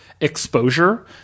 exposure